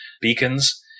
beacons